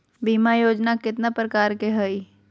बीमा योजना केतना प्रकार के हई हई?